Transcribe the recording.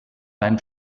beim